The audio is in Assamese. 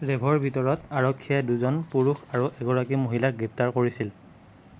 ৰেভৰ ভিতৰত আৰক্ষীয়ে দুজন পুৰুষ আৰু এগৰাকী মহিলাক গ্ৰেপ্তাৰ কৰিছিল